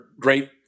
great